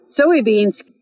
soybeans